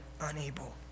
unable